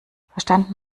verstanden